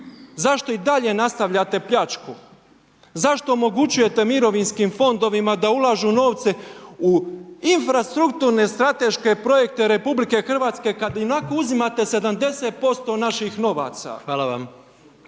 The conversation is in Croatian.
zašto i dalje nastavljate pljačku, zašto omogućujete mirovinskim fondovima da ulažu novce u infrastrukturne strateške projekte RH kad ionako uzimate 70% naših novaca? Hvala.